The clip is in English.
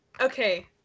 Okay